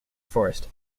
forest